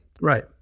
Right